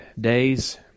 days